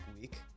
week